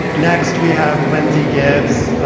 next, we have lindsay gabs,